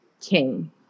king